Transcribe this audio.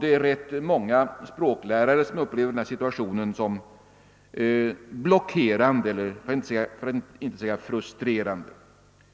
Det är ganska många språklärare som upplever denna situation som blockerande för att inte säga frustrerande.